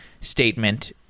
statement